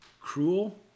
cruel